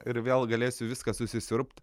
ir vėl galėsiu viską susiurbt